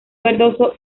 verdoso